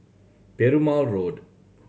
Perumal Road